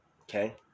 Okay